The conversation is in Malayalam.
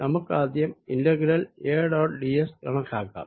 നമുക്കാദ്യം integral A dot d s കണക്കാക്കാം